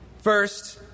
first